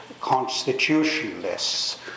constitutionalist